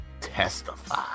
Testify